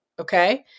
Okay